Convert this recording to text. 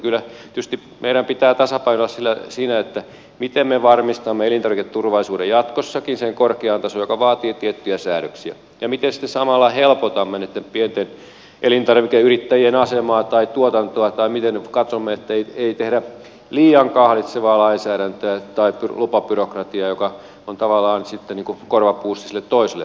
kyllä tietysti meidän pitää tasapainoilla siinä miten me varmistamme elintarviketurvallisuuden jatkossakin sen korkean tason joka vaatii tiettyjä säädöksiä ja miten sitten samalla helpotamme niitten pienten elintarvikeyrittäjien asemaa tai tuotantoa tai miten katsomme ettei tehdä liian kahlitsevaa lainsäädäntöä tai lupabyrokratiaa joka on tavallaan sitten korvapuusti sille toiselle puolelle